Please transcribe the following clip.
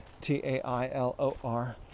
t-a-i-l-o-r